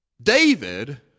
David